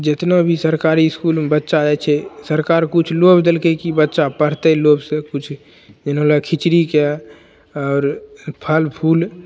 जेतनाभी सरकारी इसकुलमे बच्चा जाइ छै सरकार किछु लोभ देलकै की बच्चा पढ़तै लोभसे किछु पहिनेलए खिचड़ीके आओर फलफूल